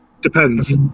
Depends